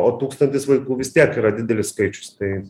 o tūkstantis vaikų vis tiek yra didelis skaičius tai